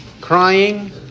crying